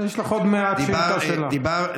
יש לך עוד מעט שאילתה שלך.